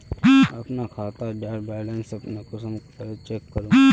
अपना खाता डार बैलेंस अपने कुंसम करे चेक करूम?